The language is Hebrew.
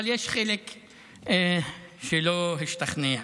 אבל יש חלק שלא השתכנע.